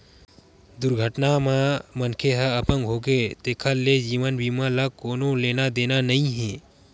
दुरघटना म मनखे ह अपंग होगे तेखर ले जीवन बीमा ल कोनो लेना देना नइ हे